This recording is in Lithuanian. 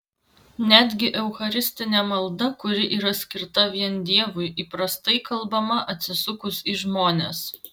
netgi eucharistinė malda kuri yra skirta vien dievui įprastai kalbama atsisukus į žmones